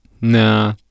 nah